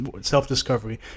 Self-discovery